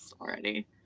already